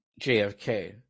JFK